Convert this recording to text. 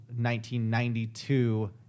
1992